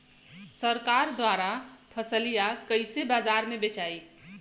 सरकार द्वारा फसलिया कईसे बाजार में बेचाई?